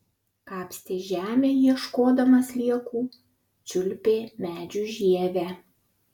kapstė žemę ieškodama sliekų čiulpė medžių žievę